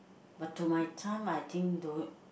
but to my time I think don't